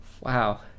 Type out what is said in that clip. Wow